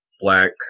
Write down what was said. black